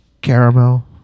caramel